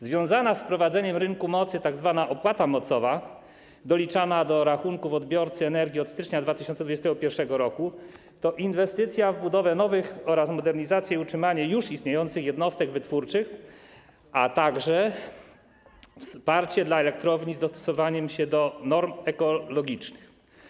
Związana z wprowadzeniem rynku mocy tzw. opłata mocowa, doliczana do rachunków odbiorcy energii od stycznia 2021 r., to inwestycja w budowę nowych oraz modernizację i utrzymanie już istniejących jednostek wytwórczych, a także wsparcie dla elektrowni w dostosowaniu się do norm ekologicznych.